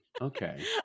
Okay